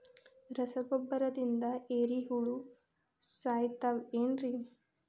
ರಸಗೊಬ್ಬರದಿಂದ ಏರಿಹುಳ ಸಾಯತಾವ್ ಏನ್ರಿ?